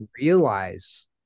realize